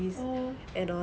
orh